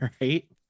right